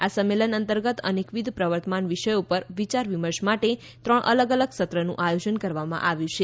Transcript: આ સંમેલન અંતર્ગત અનેકવિધ પ્રવર્તમાન વિષયો પર વિયારવિમર્શ માટે ત્રણ અલગ અલગ સત્રનું આથોજન કરવામાં આવ્યું છે